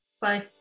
bye